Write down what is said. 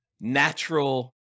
natural